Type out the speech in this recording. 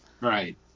right